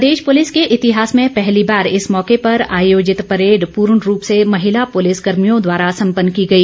प्रदेश police के इतिहास में पहली बार इस मौके पर आयोजित परेड पुर्ण रूप से महिला पुलिस कर्मियों द्वारा सम्पन्न की गई